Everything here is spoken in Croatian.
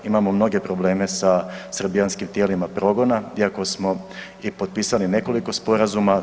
Imamo mnoge probleme sa srbijanskim tijelima progona iako smo i potpisali nekoliko sporazuma.